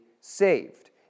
saved